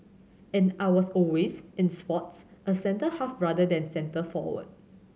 and I was always in sports a centre half rather than centre forward